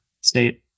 state